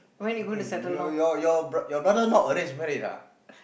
eh your your your your brother not arranged marriage ah